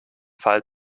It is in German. fall